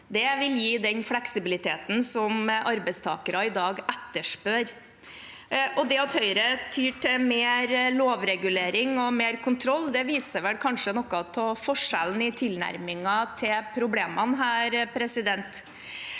Det vil gi den fleksibiliteten som arbeidstakere etterspør i dag. Det at Høyre tyr til mer lovregulering og mer kontroll, viser kanskje noe av forskjellen i tilnærmingen til problemene her. Jeg